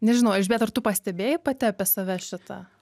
nežinau elžbieta ar tu pastebėjai pati apie save šitą